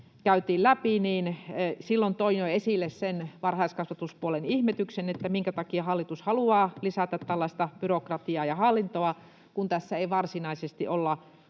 käytiin läpi, niin silloin jo toin esille sen varhaiskasvatuspuolen ihmetyksen, että minkä takia hallitus haluaa lisätä tällaista byrokratiaa ja hallintoa, kun tässä ei varsinaisesti olla